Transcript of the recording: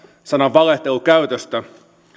sanan valehtelu käytöstä